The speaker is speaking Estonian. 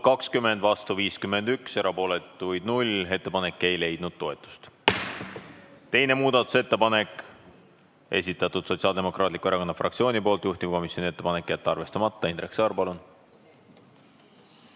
20, vastu 51, erapooletuid 0. Ettepanek ei leidnud toetust. Teine muudatusettepanek, esitatud Sotsiaaldemokraatliku Erakonna fraktsiooni poolt, juhtivkomisjoni ettepanek on jätta arvestamata. Indrek Saar, palun!